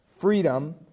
freedom